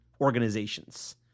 organizations